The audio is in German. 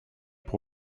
pro